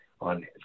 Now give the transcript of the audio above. on